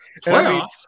Playoffs